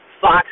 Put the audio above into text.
Fox